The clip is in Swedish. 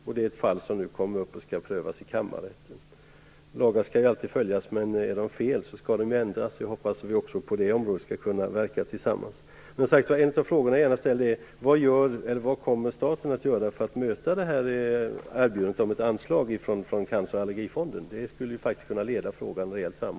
Det är ett fall som nu skall prövas i kammarrätten. Lagar skall ju alltid följas, men är de fel skall de ändras. Jag hoppas att vi även på det området skall kunna verka tillsammans. Vad kommer staten att göra för att möta erbjudandet om ett anslag från Cancer-och allergifonden? Det skulle kunna leda frågan rejält framåt.